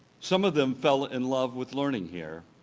some of them fell in love with learning here,